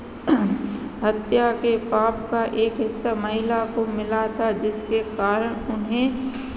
हत्या के पाप का एक हिस्सा महिला को मिला था जिसके कारण उन्हें